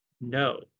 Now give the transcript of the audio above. no